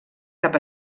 cap